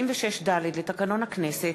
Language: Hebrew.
96(ד) לתקנון הכנסת,